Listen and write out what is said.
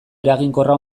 eraginkorra